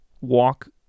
walk